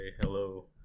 hello